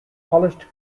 polished